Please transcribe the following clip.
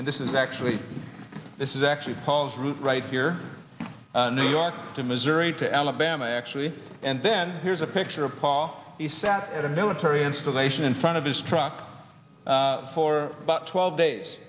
and this is actually this is actually paul's room right here in new york to missouri to alabama actually and then here's a picture of paul he sat at a military installation in front of his truck for about twelve days